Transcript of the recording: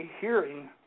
hearing